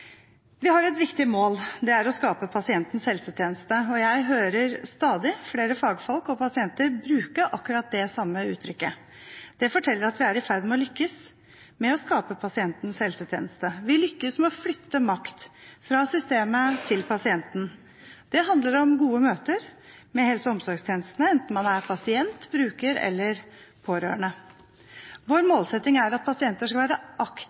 Vi har et viktig mål, og det er å skape pasientens helsetjeneste. Jeg hører stadig flere fagfolk og pasienter bruke akkurat det samme utrykket. Det forteller at vi er i ferd med å lykkes med å skape pasientens helsetjeneste. Vi lykkes med å flytte makt fra systemet til pasienten. Det handler om gode møter med helse- og omsorgstjenestene, enten man er pasient, bruker eller pårørende. Vår målsetting er at pasienter skal være